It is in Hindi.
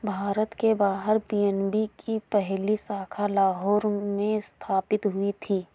भारत के बाहर पी.एन.बी की पहली शाखा लाहौर में स्थापित हुई थी